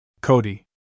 Cody